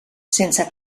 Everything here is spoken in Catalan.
sense